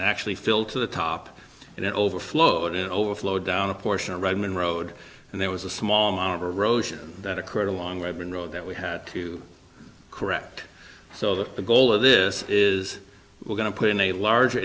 it actually filled to the top and it overflowed and overflowed down a portion of roman road and there was a small amount of a road that occurred along weber and road that we had to correct so that the goal of this is we're going to put in a larger